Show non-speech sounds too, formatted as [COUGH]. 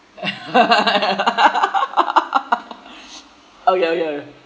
[LAUGHS] okay okay okay